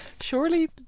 surely